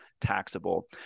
taxable